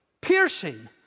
piercing